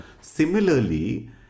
Similarly